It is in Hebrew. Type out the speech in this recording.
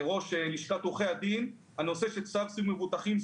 לראש לשכת עורכי הדין את הנושא של צו סיווג מבוטחים.